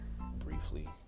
briefly